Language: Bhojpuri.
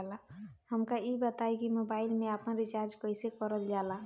हमका ई बताई कि मोबाईल में आपन रिचार्ज कईसे करल जाला?